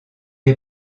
est